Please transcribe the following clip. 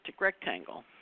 rectangle